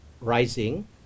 rising